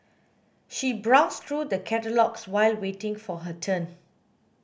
she browsed through the catalogues while waiting for her turn